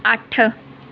ਅੱਠ